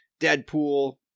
Deadpool